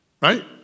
right